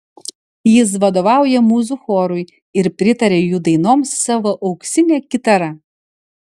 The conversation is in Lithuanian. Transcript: jis vadovauja mūzų chorui ir pritaria jų dainoms savo auksine kitara